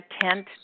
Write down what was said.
tent